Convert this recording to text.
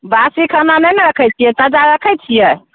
बासी खाना नहि ने रक्खै छियै ताजा रक्खै छियै